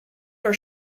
are